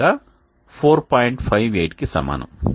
58 కి సమానం